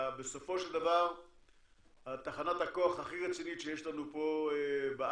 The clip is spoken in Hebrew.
בסופו של דבר תחנת הכוח הכי רצינית שיש לנו פה בארץ,